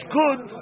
good